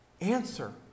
Answer